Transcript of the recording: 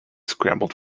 scrambled